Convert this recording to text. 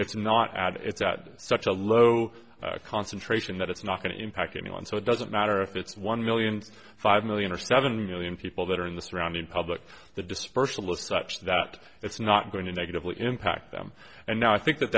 if not add it's at such a low concentration that it's not going to impact anyone so it doesn't matter if it's one million five million or seven million people that are in the surrounding public that dispersal of such that it's not going to negatively impact them and now i think that